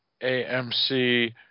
AMC